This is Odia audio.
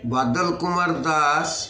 ବଦଲ କୁମାର ଦାସ